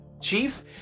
Chief